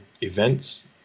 events